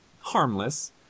harmless